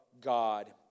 God